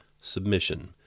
submission